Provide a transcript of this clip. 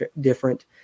different